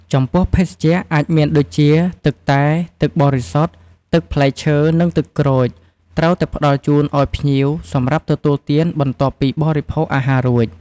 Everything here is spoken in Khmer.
ចំពោះភេសជ្ជៈ អាចមានដូចជា ទឹកតែ ទឹកបរិសុទ្ធ ទឹកផ្លែឈើ និងទឹកក្រូច ត្រូវតែផ្តល់ជូនឲ្យភ្ញៀវសម្រាប់ទទួលទាន បន្ទាប់ពីបរិភោគអាហាររួច។